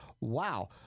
wow